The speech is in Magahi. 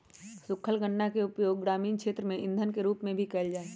सूखल गन्ना के उपयोग ग्रामीण क्षेत्र में इंधन के रूप में भी कइल जाहई